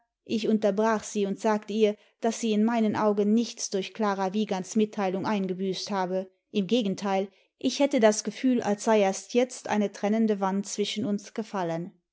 ich unterbrach sie und sagte ihr daß sie in meinen augen nichts durch klara wiegands mitteilung eingebüßt habe im gegenteil ich hätte das gefühl als sei erst jetzt eine trennende wand zwischen uns gefallen